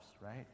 Right